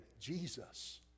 Jesus